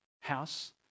house